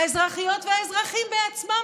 האזרחיות והאזרחים בעצמם,